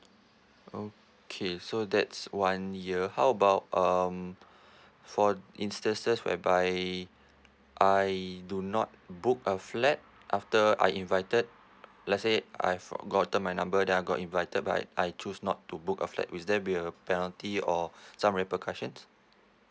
okay so that's one year how about um for instances whereby I do not book a flat after I invited let's say I've forgotten my number then I got invited but I choose not to book a flat is there be a penalty or some repercussions